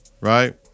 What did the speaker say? right